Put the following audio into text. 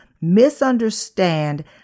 misunderstand